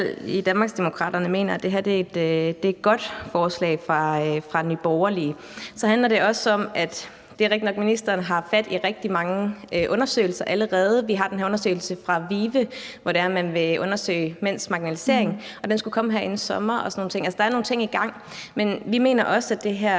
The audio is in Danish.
i Danmarksdemokraterne, at det her er et godt forslag fra Nye Borgerlige. Ministeren nævner rigtigt nok, at der er rigtig mange undersøgelser allerede, og vi har den her undersøgelse fra VIVE, hvor man vil undersøge mænds marginalisering, og den skulle komme her inden sommeren – så der er nogle ting i gang – men vi mener, at det her